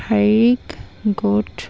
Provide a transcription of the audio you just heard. শাৰীৰিক গ্ৰৌথ